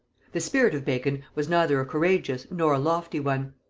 the spirit of bacon was neither a courageous nor a lofty one.